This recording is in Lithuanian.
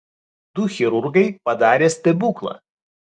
du chirurgai padarė stebuklą